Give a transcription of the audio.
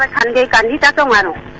and that the pattern